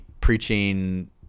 preaching